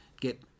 get